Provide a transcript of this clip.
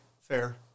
Fair